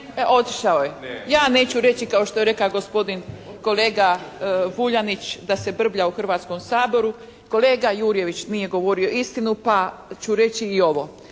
Otišao je. Ja neću reći kao što je rekao gospodin kolega Vuljanić da se brblja u Hrvatskom saboru. Kolega Jurjević nije govorio istinu pa ću reći i ovo.